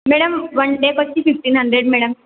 madam వన్డేకి వచ్చి fifteen hundred madam